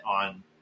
on